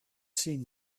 seen